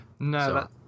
No